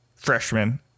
Freshman